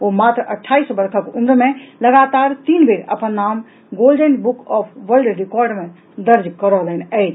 ओ मात्र अट्ठाईस वर्षक उम्र मे लगातार तीन बेर अपन नाम golden book of world record मे दर्ज करौलनि अछि